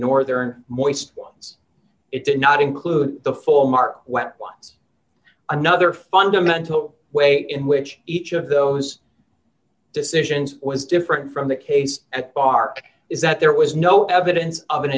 northern more east ones it did not include the full mark what's another fundamental way in which each of those decisions was different from the case at barc is that there was no evidence of an